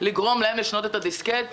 לגרום להם לשנות את הדיסקט.